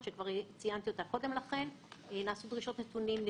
או יותר נכון המסקנה שאנחנו נמצאים בה היא